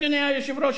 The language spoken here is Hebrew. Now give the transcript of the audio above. אדוני היושב-ראש,